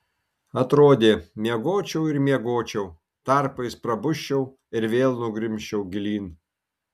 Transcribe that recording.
atrodė miegočiau ir miegočiau tarpais prabusčiau ir vėl nugrimzčiau gilyn